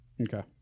Okay